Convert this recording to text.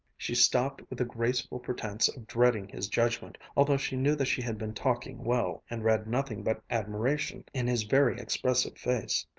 she stopped with a graceful pretense of dreading his judgment, although she knew that she had been talking well, and read nothing but admiration in his very expressive face.